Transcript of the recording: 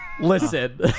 Listen